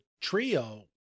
trio